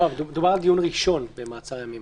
דובר על דיון ראשון במעצר ימים.